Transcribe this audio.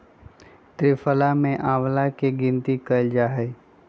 त्रिफला में आंवला के गिनती कइल जाहई